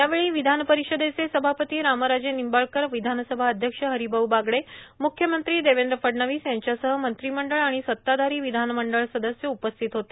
यावेळी विधानपरिषदेचे सभापती रामराजे निंबाळकर विधानसभा अध्यक्ष हरिभाऊ बागडे म्ख्यमंत्री देवेंद्र फडणवीस यांच्यासह मंत्रिमंडळ आणि सत्ताधारी विधानमंडळ सदस्य उपस्थित होते